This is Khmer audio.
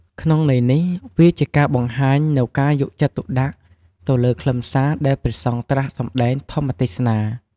ក្នុងន័យនេះវាជាការបង្ហាញនូវ ការយកចិត្តទុកដាក់ ទៅលើខ្លឹមសារដែលព្រះសង្ឃត្រាស់សម្តែងធម្មទេសនា។